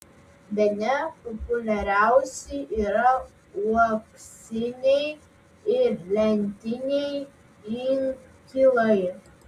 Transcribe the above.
bene populiariausi yra uoksiniai ir lentiniai inkilai